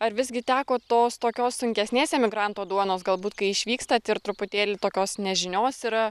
ar visgi teko tos tokios sunkesnės emigranto duonos galbūt kai išvykstat ir truputėlį tokios nežinios yra